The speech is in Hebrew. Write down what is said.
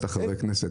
חבר הכנסת